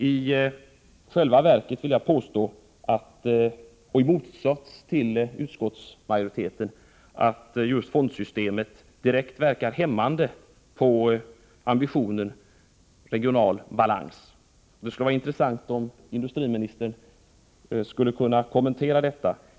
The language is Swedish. I själva verket vill jag, i motsats till utskottsmajoriteten, påstå att just fondsystemet direkt verkar hämmande på ambitionen regional balans. Det skulle vara intressant att höra industriministerns kommentar till detta.